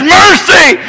mercy